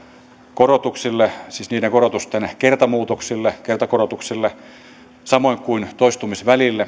korotuksille siis niiden korotusten kertamuutoksille kertakorotuksille samoin kuin toistumisvälille